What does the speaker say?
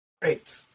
Great